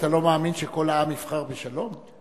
אתה לא מאמין שכל העם יבחר בשלום?